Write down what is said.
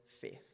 faith